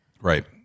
Right